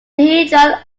dihedral